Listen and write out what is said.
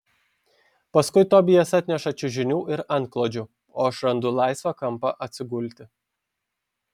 paskui tobijas atneša čiužinių ir antklodžių o aš randu laisvą kampą atsigulti